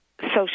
social